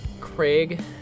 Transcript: Craig